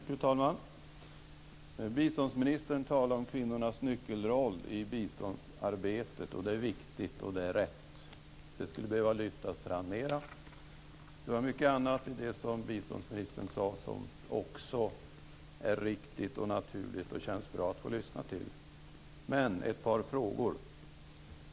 Fru talman! Biståndsministern talar om kvinnornas nyckelroll i biståndsarbetet och det är viktigt och rätt. Detta skulle behöva lyftas fram ännu mer. Mycket annat av det som biståndsministern sade är också riktigt och naturligt och av det slaget att det känns naturligt att lyssna till det. Jag har dock några frågor.